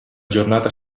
giornata